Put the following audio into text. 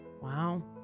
Wow